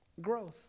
Growth